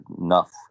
enough